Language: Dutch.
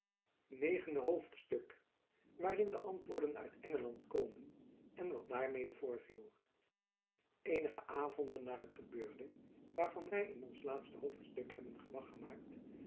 negende hoofdstuk waarin de antwoorden uit engeland komen en wat daarmede voorviel eenige avonden na het gebeurde waarvan wy in ons laatste hoofdstuk hebben gewach gemaakt